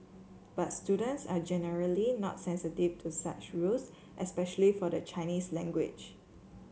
but students are generally not sensitive to such rules especially for the Chinese language